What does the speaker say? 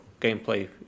gameplay